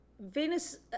Venus